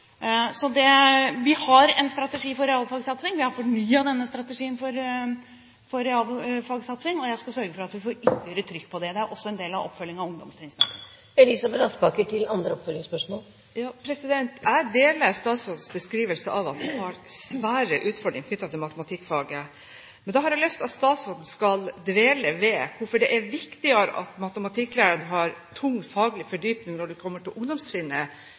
Vi har en strategi for realfagsatsing, vi har fornyet denne strategien for realfagsatsing, og jeg skal sørge for at vi får ytterligere trykk på det. Det er også en del av oppfølgingen av ungdomstrinnsmeldingen. Jeg deler statsrådens beskrivelse av at vi har svære utfordringer knyttet til matematikkfaget. Men jeg har lyst til at statsråden skal dvele ved hvorfor det er viktigere at matematikklæreren har tung faglig fordypning når det kommer til ungdomstrinnet,